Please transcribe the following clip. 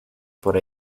por